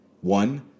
One